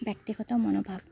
ব্যক্তিগত মনোভাৱ